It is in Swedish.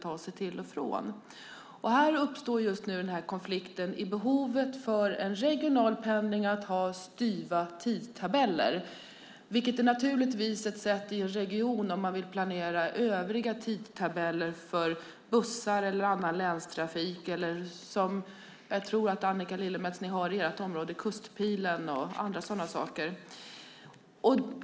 Det uppstår just nu en konflikt i regionen mellan regionpendlingens behov av att ha styva tidtabeller och planeringen av övriga tidtabeller för bussar, länstrafik och Kustpilen, som jag tror, Annika Lillemets, att ni har i ert område.